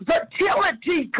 Fertility